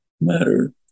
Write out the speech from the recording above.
matter